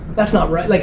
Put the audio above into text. that's not right, like